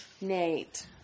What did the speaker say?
Nate